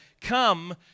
Come